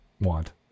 want